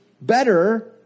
better